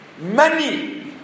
money